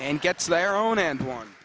and gets their own end one